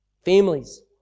Families